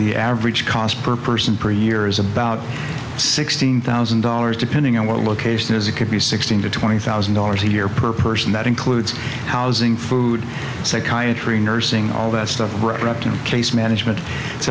the average cost per person per year is about sixteen thousand dollars depending on where location is it could be sixteen to twenty thousand dollars a year per person that includes housing food psychiatry nursing all that stuff right up to the case management it's